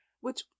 which